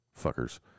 Fuckers